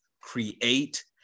create